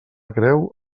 creu